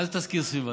מה זה תסקיר סביבה?